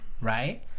right